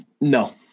No